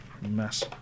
Mess